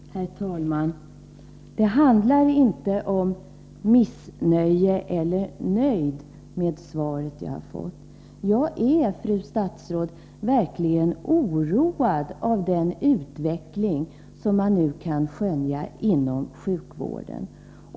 Herr talman! Det handlar inte om att vara missnöjd eller nöjd med det svar som lämnats. Jag är verkligen, fru statsråd, oroad över den utveckling som man nu kan skönja inom sjukvården.